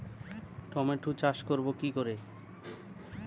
Tomato চাষ করব কি করে?